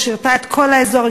ששירתה את כל האזור,